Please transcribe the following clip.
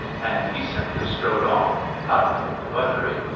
and he simply strode on, out of the buttery,